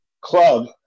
club